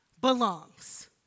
belongs